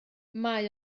mae